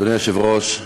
אדוני היושב-ראש,